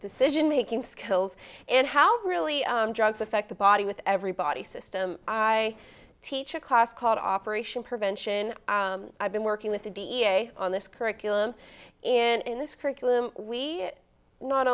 decision making skills and how really drugs affect the body with everybody system i teach a class called operation prevention i've been working with the b s a on this curriculum and this curriculum we not